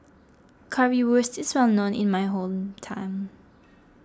Currywurst is well known in my hometown